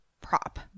prop